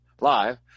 live